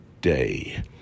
day